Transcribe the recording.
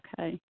Okay